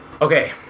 Okay